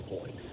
point